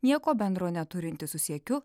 nieko bendro neturinti su siekiu